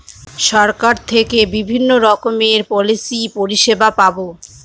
সরকার থেকে বিভিন্ন রকমের পলিসি পরিষেবা পাবো